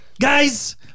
guys